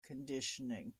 conditioning